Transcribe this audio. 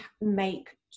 make